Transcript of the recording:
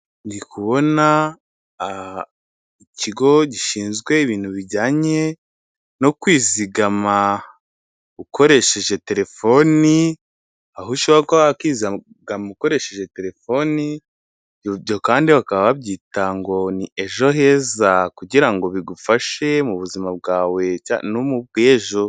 Ndi kubona ikigo gishinzwe ibintu bijyanye no kwizigama ukoresheje telefoni, aho ushobora kuba wakizigama ukoresheje telefoni, ibyo kandi bakaba babyita ngo ni ejo heza kugira ngo bigufashe mu buzima bwawe no mu bw'ejo.